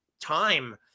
time